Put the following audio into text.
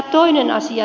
toinen asia